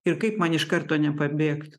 ir kaip man iš karto nepabėgt